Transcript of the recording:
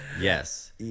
yes